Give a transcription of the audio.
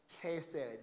tasted